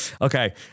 okay